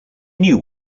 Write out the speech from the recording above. knew